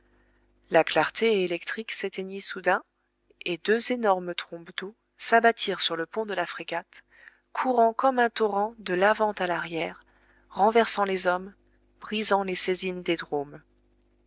la clarté électrique s'éteignit soudain et deux énormes trombes d'eau s'abattirent sur le pont de la frégate courant comme un torrent de l'avant à l'arrière renversant les hommes brisant les saisines des dromes